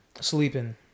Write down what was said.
Sleeping